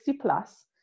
plus